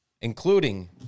including